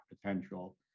potential